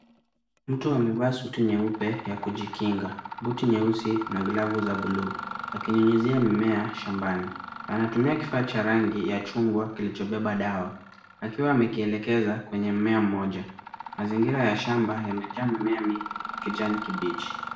Mtu amevaa suti nyeupe ya kujikinga, buti nyeusi na glavu za buluu akinyunyizia mimea shambani. Anatumia kifaa cha rangi ya chungwa kilichobeba dawa, akiwa amekielekeza kwenye mmea mmoja. Mazingira ya shamba yamejaa mimea mingi ya kijani kibichi.